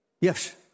Yes